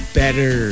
better